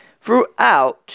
throughout